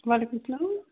وَعلیکُم سَلام